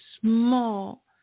small